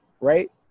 right